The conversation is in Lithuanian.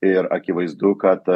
ir akivaizdu kad